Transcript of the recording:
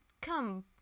come